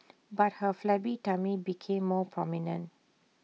but her flabby tummy became more prominent